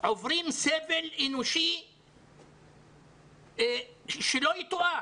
עוברים סבל אנושי שלא יתואר.